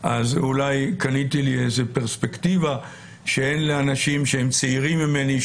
אז אולי קניתי לי איזו פרספקטיבה שאין לאנשים שהם צעירים ממני,